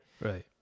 Right